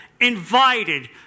invited